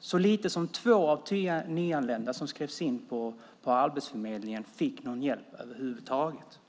Så lite som två av tio nyanlända som skrevs in på Arbetsförmedlingen fick någon hjälp över huvud taget.